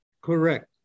Correct